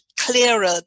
clearer